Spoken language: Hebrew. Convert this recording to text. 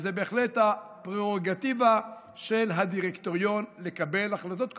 וזה בהחלט הפררוגטיבה של הדירקטוריון לקבל החלטות,